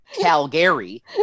Calgary